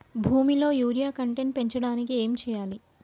భూమిలో urea content పెంచడానికి ఏం చేయాలి?